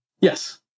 Yes